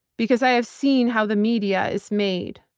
because i have seen how the media is made.